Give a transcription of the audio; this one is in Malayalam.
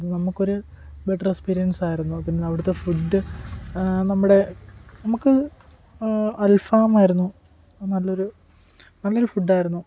അത് നമുക്കൊരു ബെറ്റർ എക്സ്പീരിയൻസ് ആയിരുന്നു പിന്നെ അവിടുത്തെ ഫുഡ് നമ്മുടെ നമുക്ക് അൽഫാമായിരുന്നു നല്ലൊരു നല്ലൊരു ഫുഡ് ആയിരുന്നു